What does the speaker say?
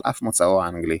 על אף מוצאו האנגלי.